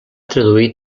traduir